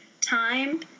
time